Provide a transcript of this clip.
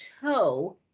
toe